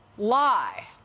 lie